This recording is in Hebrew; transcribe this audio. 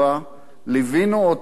ליווינו אותם לחופה,